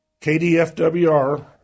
KDFWR